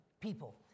people